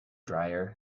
dryer